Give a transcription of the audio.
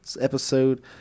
episode